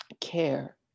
care